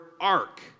ark